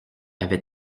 avait